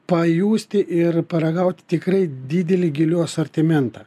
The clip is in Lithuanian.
pajusti ir paragauti tikrai didelį gėlių asortimentą